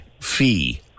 fee